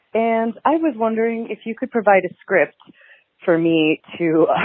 and i was wondering if you could provide script for me to